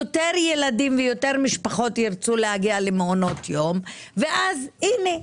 יותר ילדים ויותר משפחות ירצו להגיע למעונות יום ואז הנה,